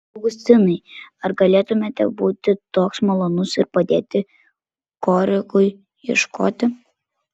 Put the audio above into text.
meistre augustinai ar galėtumėte būti toks malonus ir padėti korikui ieškoti